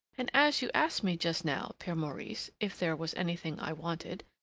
and as you asked me just now, pere maurice, if there was anything i wanted,